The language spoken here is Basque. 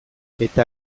eta